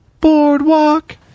Boardwalk